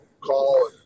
call